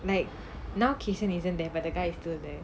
like now kayshen isn't there but the guy is still there